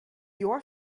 your